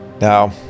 Now